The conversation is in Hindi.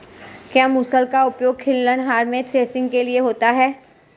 क्या मूसल का उपयोग खलिहान में थ्रेसिंग के लिए होता है?